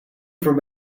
from